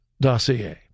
dossier